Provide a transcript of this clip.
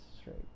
straight